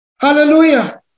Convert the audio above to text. Hallelujah